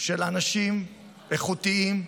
של אנשים איכותיים,